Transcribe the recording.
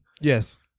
Yes